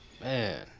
Man